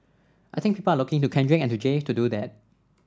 I think people are looking to Kendrick and to Jay to do that